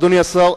אדוני השר,